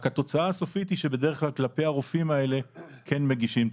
רק התוצאה הסופית היא שבדרך כלל כלפי הרופאים האלה כן מגישים תלונות,